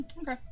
Okay